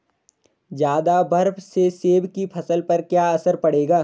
ज़्यादा बर्फ से सेब की फसल पर क्या असर पड़ेगा?